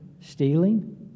Stealing